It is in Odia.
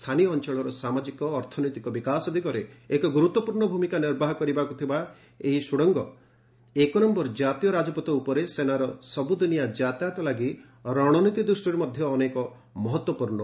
ସ୍ଥାନୀୟ ଅଞ୍ଚଳର ସାମାଜିକ ଅର୍ଥନୈତିକ ବିକାଶ ଦିଗରେ ଏକ ଗୁରୁତ୍ୱପୂର୍ଣ୍ଣ ଭୂମିକା ନିର୍ବାହ କରିବାକୁ ଥିବା ସୁଡ଼ଙ୍ଗ ଏକ ନମ୍ଘର ଜାତୀୟ ରାଜପଥ ଉପରେ ସେନାର ସବୁଦିନିଆ ଯାତାୟତ ଲାଗି ରଣୀନତି ଦୃଷ୍ଟିରୁ ମଧ୍ୟ ଅନେକ ମହତ୍ତ୍ୱପୂର୍ଣ୍ଣ